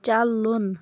چلُن